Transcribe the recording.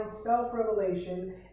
self-revelation